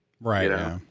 right